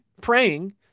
praying